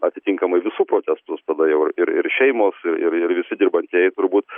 atitinkamai visų protestus tada jau ir ir šeimos ir ir visi dirbantieji turbūt